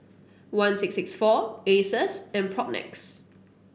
one six six four Asus and Propnex